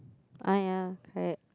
oh ya correct